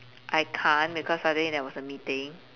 I can't because suddenly there was a meeting